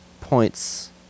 points